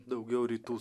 daugiau rytų